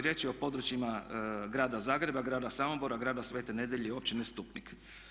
Riječ je o područjima Grada Zagreba, Grada Samobora, Grada Svete Nedjelje i općine Stupnik.